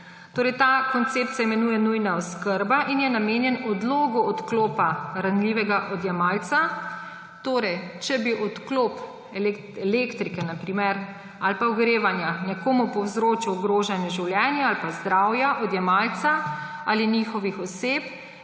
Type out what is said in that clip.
Ta koncept se imenuje nujna oskrba in je namenjen odlogu odklopa ranljivega odjemalca. Če bi na primer odklop elektrike ali pa ogrevanja nekomu povzročil ogrožanje življenja ali pa zdravja odjemalca ali oseb,